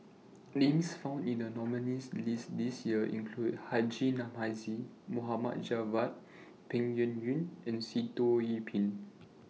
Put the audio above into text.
Names found in The nominees' list This Year include Haji Namazie Mohd Javad Peng Yuyun and Sitoh Yih Pin